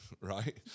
right